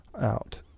out